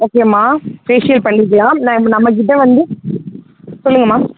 okay அம்மா facial பண்ணிக்கலாம் இப்போ நம்மகிட்ட வந்து சொல்லுங்கம்மா